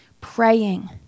Praying